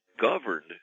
governed